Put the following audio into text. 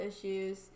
issues